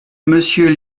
monsieur